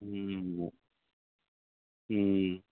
ம் மோ ம்